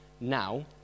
now